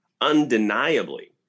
undeniably